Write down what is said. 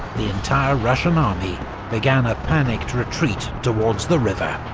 the entire russian army began a panicked retreat towards the river.